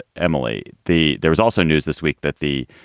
emily, the there's also news this week that the